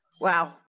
Wow